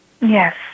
yes